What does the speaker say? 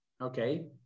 Okay